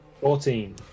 Fourteen